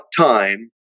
time